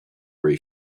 where